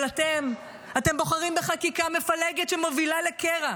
אבל אתם, אתם בוחרים בחקיקה מפלגת שמובילה לקרע,